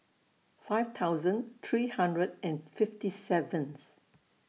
five thousand three hundred and fifty seventh